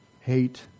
hate